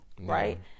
Right